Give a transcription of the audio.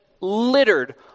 littered